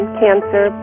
cancer